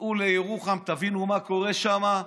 צאו לירוחם, תבינו מה קורה שם,